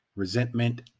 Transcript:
Resentment